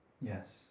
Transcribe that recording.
Yes